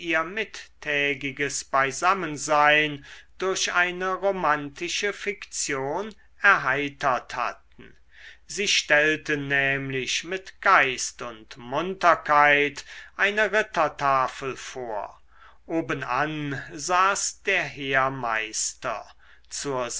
mittägiges beisammensein durch eine romantische fiktion erheitert hatten sie stellten nämlich mit geist und munterkeit eine rittertafel vor obenan saß der heermeister zur